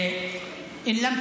(אומר בערבית: אם אין לך